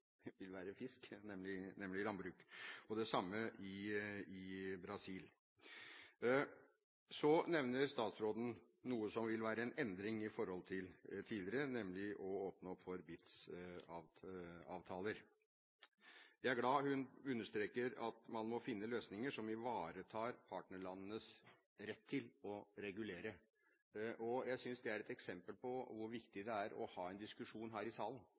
fisk, nemlig landbruk. Det samme gjelder Brasil. Statsråden nevner også noe som vil være en endring i forhold til tidligere, nemlig å åpne for BITs-avtaler. Jeg er glad hun understreker at man må finne løsninger som ivaretar partnerlandenes rett til å regulere, og jeg synes det er et eksempel på hvor viktig det er å ha en diskusjon her i salen,